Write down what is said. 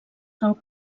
del